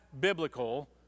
biblical